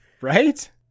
Right